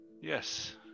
Yes